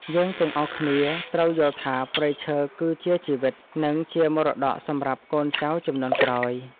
យើងទាំងអស់គ្នាត្រូវយល់ថាព្រៃឈើគឺជាជីវិត និងជាមរតកសម្រាប់កូនចៅជំនាន់ក្រោយ។